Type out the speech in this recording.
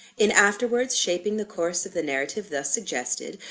in afterwards shaping the course of the narrative thus suggested,